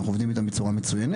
אנחנו עובדים איתם בצורה מצויינת.